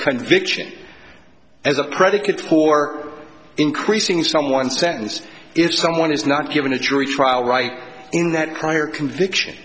conviction as a predicate to poor or increasing someone's sentence if someone is not given a jury trial right in that prior conviction